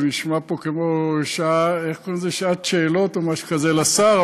זה נשמע פה כמו שעת שאלות לשר,